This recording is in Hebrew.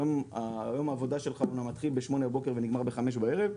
היום יום העבודה שלך אמנם מתחיל ב-8:00 בבוקר ונגמר ב-5:00 בערב,